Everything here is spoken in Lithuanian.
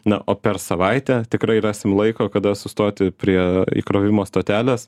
na o per savaitę tikrai rasim laiko kada sustoti prie įkrovimo stotelės